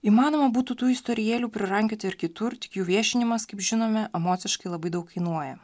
įmanoma būtų tų istorijėlių prirankioti ir kitur tik jų viešinimas kaip žinome emociškai labai daug kainuoja